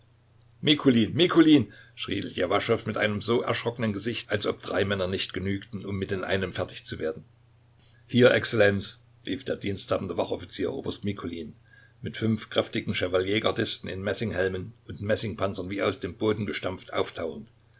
mikulin schrie ljewaschow mit einem so erschrockenen gesicht als ob drei männer nicht genügten um mit dem einen fertig zu werden hier exzellenz rief der diensthabende wachoffizier oberst mikulin mit fünf kräftigen chevalier gardisten in messinghelmen und messingpanzern wie aus dem boden gestampft auftauchend